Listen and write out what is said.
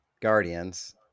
Guardians